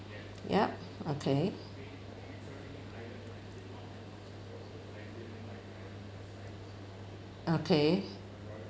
yup okay okay